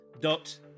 dot